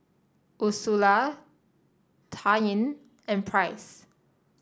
Ursula Taryn and Price